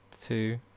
two